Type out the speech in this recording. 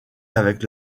avec